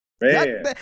Man